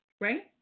right